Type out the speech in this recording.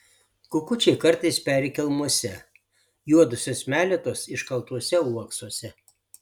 kukučiai kartais peri kelmuose juodosios meletos iškaltuose uoksuose